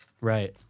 Right